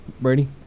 Brady